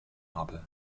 habe